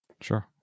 Sure